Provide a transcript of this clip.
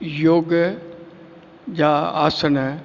योग जा आसन